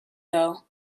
though